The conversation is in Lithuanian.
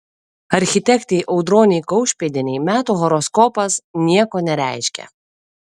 architektei audronei kaušpėdienei metų horoskopas nieko nereiškia